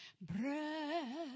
Breath